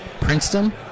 Princeton